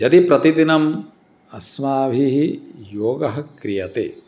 यदि प्रतिदिनम् अस्माभिः योगः क्रियते